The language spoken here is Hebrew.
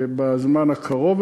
בזמן הקרוב,